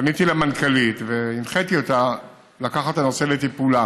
פניתי למנכ"לית והנחיתי אותה לקחת את הנושא לטיפולה,